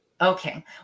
okay